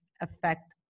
affect